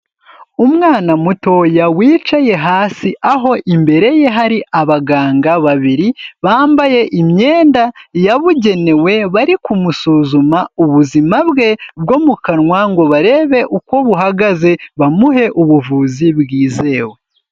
Umwana mutoya wicaye hasi aho imbere ye hari abaganga babiri, bambaye imyenda yabugenewe bari kumusuzuma ubuzima bwe bwo mu kanwa ngo barebe uko buhagaze, bamuhe ubuvuzi bwizewe.